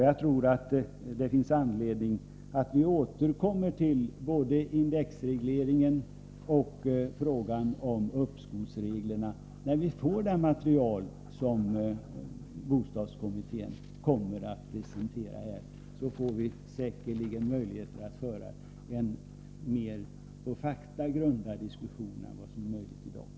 Jag tror att det finns anledning att återkomma till både indexregleringen och frågan om uppskovsreglerna när vi får det material som bostadskommittén kommer att presentera. Då få vi säkerligen möjligheter att föra en mer på fakta grundad diskussion än vad som är möjligt i dag.